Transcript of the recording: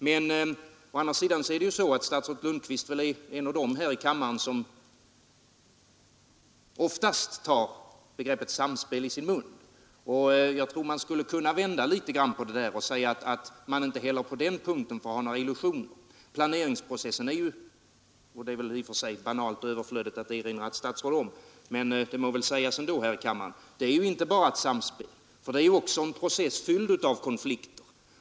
Men å andra sidan är väl statsrådet Lundkvist en av dem här i kammaren som oftast tar begreppet samspel i sin mun, och jag tror att man skulle kunna vända litet på saken och säga att man inte heller på den punkten får ha några illusioner. Planeringsprocessen är ju — och i och för sig är det väl banalt och överflödigt att erinra ett statsråd om det, men det må väl sägas ändå här i kammaren — inte bara ett samspel. Det är också en process fylld av konflikter.